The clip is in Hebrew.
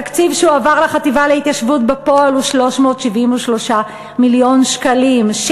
התקציב שהועבר לחטיבה להתיישבות בפועל הוא 373 מיליון שקלים,